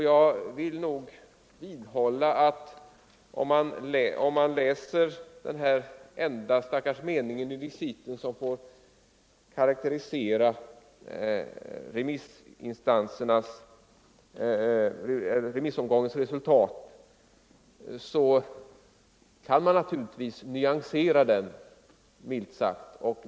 Jag vidhåller att den enda stackars mening i reciten som får karakterisera resultatet av remissbehandlingen kan nyanseras, milt sagt.